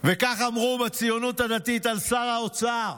כך אמרו בציונות הדתית על שר האוצר: